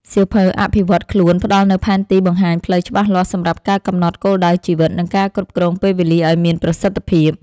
សៀវភៅអភិវឌ្ឍខ្លួនផ្ដល់នូវផែនទីបង្ហាញផ្លូវច្បាស់លាស់ សម្រាប់ការកំណត់គោលដៅជីវិត និងការគ្រប់គ្រងពេលវេលាឱ្យមានប្រសិទ្ធភាព។